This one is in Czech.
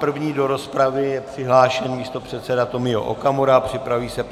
První do rozpravy je přihlášen místopředseda Tomio Okamura, připraví se